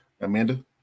Amanda